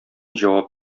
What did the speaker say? җавап